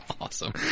Awesome